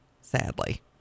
sadly